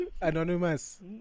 anonymous